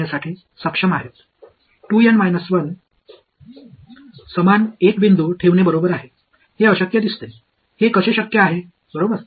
இது சாத்தியமற்றது என்று தோன்றுகிறது அது எப்படி சாத்தியமாகும் என்று பார்ப்போம்